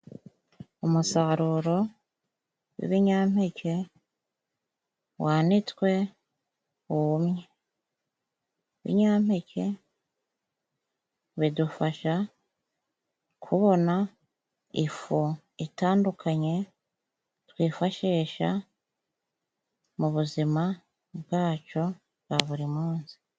Umusaruro w'ibinyampeke wanitswe wumye. Ibinyampeke bidufasha kubona ifu itandukanye twifashisha mu buzima bwacu bwa buri munsi.